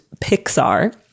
Pixar